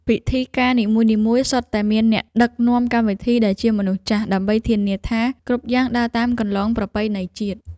ពិធីការនីមួយៗសុទ្ធតែមានអ្នកដឹកនាំកម្មវិធីដែលជាមនុស្សចាស់ ដើម្បីធានាថាគ្រប់យ៉ាងដើរតាមគន្លងប្រពៃណីជាតិ។